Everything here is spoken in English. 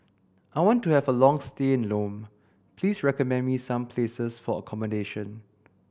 I want to have a long stay in Lome please recommend me some places for accommodation